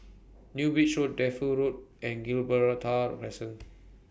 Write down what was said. New Bridge Road Defu Road and Gibraltar Crescent